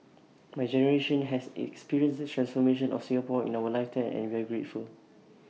my generation has experienced the transformation of Singapore in our life time and we are grateful